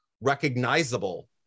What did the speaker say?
recognizable